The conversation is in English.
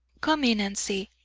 come in and see.